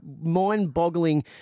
mind-boggling